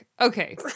okay